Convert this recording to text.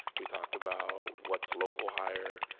we talked about what's local hire,